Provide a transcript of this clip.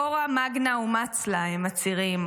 תורה מגנא ומצלא, הם מצהירים.